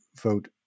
vote